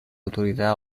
autorità